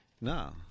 No